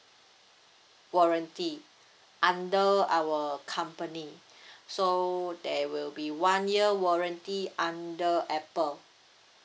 warranty under our company so there will be one year warranty under apple